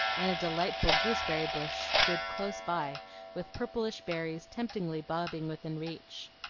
and a delightful gooseberry bush stood close by with purplish berries temptingly bobbing within reach.